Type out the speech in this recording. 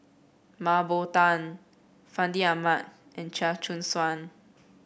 Mah Bow Tan Fandi Ahmad and Chia Choo Suan